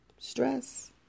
stress